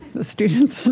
the students